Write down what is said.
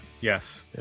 Yes